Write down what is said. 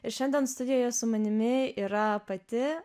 ir šiandien studijoje su manimi yra pati